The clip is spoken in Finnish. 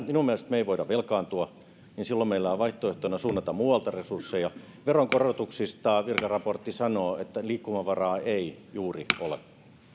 minun mielestäni me emme voi velkaantua meillä on vaihtoehtona suunnata muualta resursseja veronkorotuksista virkaraportti sanoo että liikkumavaraa ei juuri ole